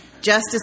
Justice